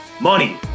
money